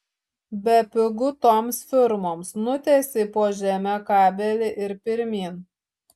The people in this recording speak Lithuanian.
bepigu toms firmoms nutiesei po žeme kabelį ir pirmyn